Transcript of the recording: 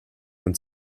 und